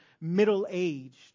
middle-aged